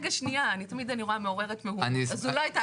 אני איתך